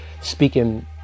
speaking